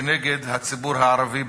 כנגד הציבור הערבי,